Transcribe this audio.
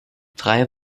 drei